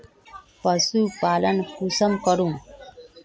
पशुपालन कुंसम करूम?